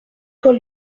paul